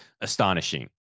astonishing